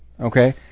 Okay